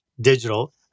Digital